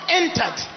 entered